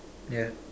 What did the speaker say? ya